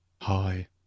Hi